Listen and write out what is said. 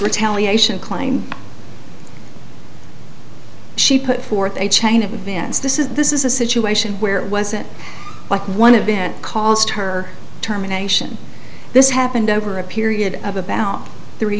retaliation claim she put forth a chain of events this is this is a situation where it wasn't like one of it caused her terminations this happened over a period of about three